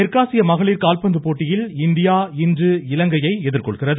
தெற்காசிய மகளிர் கால்பந்து போட்டியில் இந்தியா இன்று இலங்கையை எதிர்கொள்கிறது